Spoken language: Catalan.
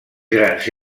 grans